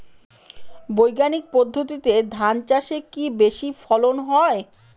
বৈজ্ঞানিক পদ্ধতিতে ধান চাষে কি বেশী ফলন হয়?